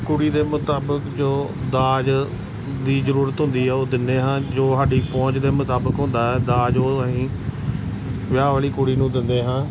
ਕੁੜੀ ਦੇ ਮੁਤਾਬਿਕ ਜੋ ਦਾਜ ਦੀ ਜ਼ਰੂਰਤ ਹੁੰਦੀ ਆ ਉਹ ਦਿੰਦੇ ਹਾਂ ਜੋ ਸਾਡੀ ਪਹੁੰਚ ਦੇ ਮੁਤਾਬਿਕ ਹੁੰਦਾ ਹੈ ਦਾਜ ਉਹ ਅਸੀਂ ਵਿਆਹ ਵਾਲੀ ਕੁੜੀ ਨੂੰ ਦਿੰਦੇ ਹਾਂ